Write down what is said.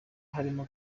harimo